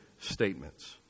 statements